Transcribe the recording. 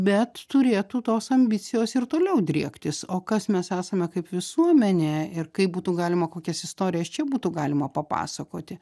bet turėtų tos ambicijos ir toliau driektis o kas mes esame kaip visuomenė ir kaip būtų galima kokias istorijas čia būtų galima papasakoti